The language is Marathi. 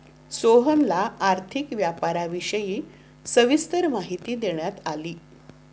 सोहनला आर्थिक व्यापाराविषयी सविस्तर माहिती देण्यात आली